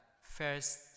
first